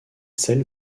celles